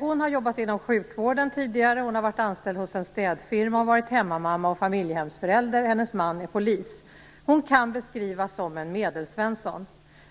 Hon har jobbat inom sjukvården tidigare, varit anställd hos en städfirma och varit hemmamamma och familjehemsförälder. Hennes man är polis. Hon kan beskrivas som en medelsvensson.